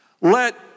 let